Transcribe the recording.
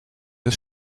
des